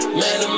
man